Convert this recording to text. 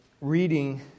reading